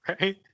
right